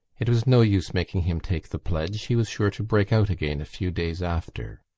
it was no use making him take the pledge he was sure to break out again a few days after.